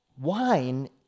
wine